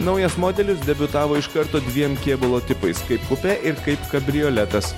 naujas modelis debiutavo iš karto dviem kėbulo tipais kaip kupė ir kaip kabrioletas